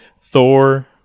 Thor